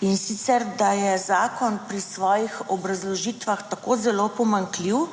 in sicer, da je zakon pri svojih obrazložitvah tako zelo pomanjkljiv,